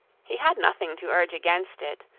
he had nothing to urge against it,